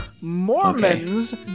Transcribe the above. Mormons